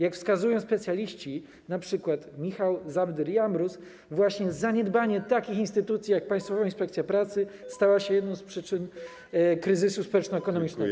Jak wskazują specjaliści, np. Michał Zabdyr-Jamróz, właśnie zaniedbanie takich instytucji jak Państwowa Inspekcja Pracy stało się jedną z przyczyn kryzysu społeczno-ekonomicznego.